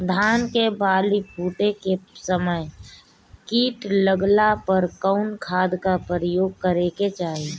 धान के बाली फूटे के समय कीट लागला पर कउन खाद क प्रयोग करे के चाही?